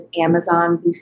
Amazon